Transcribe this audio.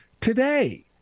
today